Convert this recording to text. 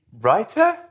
writer